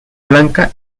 blanca